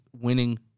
winning